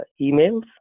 emails